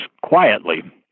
quietly